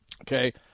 okay